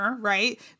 right